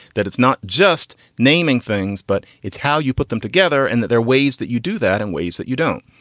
that it's not just naming things, but it's how you put them together and that they're ways that you do that in ways that you don't.